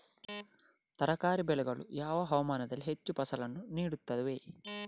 ತರಕಾರಿ ಬೆಳೆಗಳು ಯಾವ ಹವಾಮಾನದಲ್ಲಿ ಹೆಚ್ಚು ಫಸಲನ್ನು ನೀಡುತ್ತವೆ?